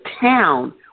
town